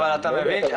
אבל אתה מבין,